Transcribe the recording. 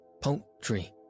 poultry